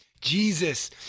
Jesus